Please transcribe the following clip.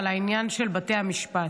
על העניין של בתי המשפט.